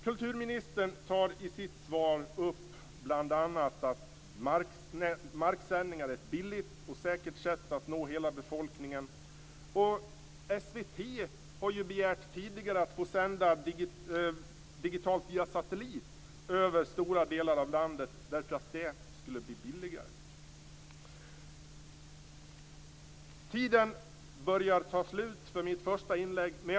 Kulturministern tar i sitt svar upp bl.a. att marksändningar är ett billigt och säkert sätt att nå hela befolkningen. SVT har ju tidigare begärt att få sända digitalt via satellit över stora delar av landet, eftersom det skulle bli billigare. Tiden för mitt första inlägg börjar ta slut.